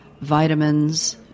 vitamins